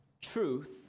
truth